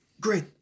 Great